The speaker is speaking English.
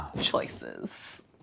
Choices